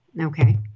Okay